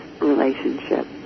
relationship